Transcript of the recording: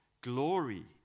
glory